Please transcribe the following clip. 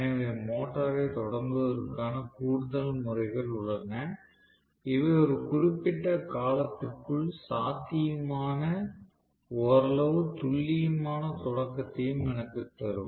எனவே மோட்டாரை தொடங்குவதற்கான கூடுதல் முறைகள் உள்ளன இவை ஒரு குறிப்பிட்ட காலத்திற்குள் சாத்தியமான ஓரளவு துல்லியமான தொடக்கத்தையும் எனக்குத் தரும்